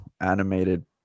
animated